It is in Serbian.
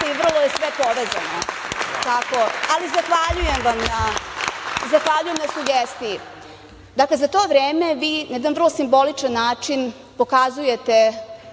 Vrlo je sve povezano. Zahvaljujem na sugestiji. Dakle, za to vreme na jedan vrlo simboličan način pokazujete